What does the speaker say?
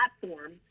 platform